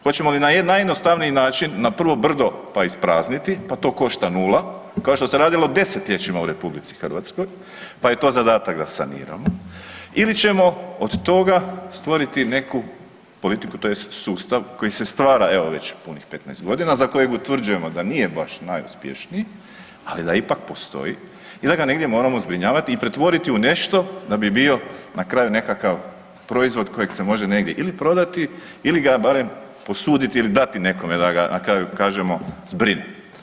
Hoćemo li na najjednostavniji način na prvo brdo pa isprazniti pa to košta nula, kao što se radilo desetljećima u RH pa je to zadatak da saniramo ili ćemo od toga stvoriti neku politiku tj. sustav koji se stvara evo već punih 15 godina za kojeg utvrđujemo da nije baš najuspješniji, ali da ipak postoji i da ga negdje moramo zbrinjavat i pretvoriti u nešto da bi bio na kraju nekakav proizvod kojeg se može negdje ili prodati ili ga barem posuditi ili dati nekome da ga na kraju kažemo zbrine?